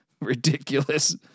ridiculous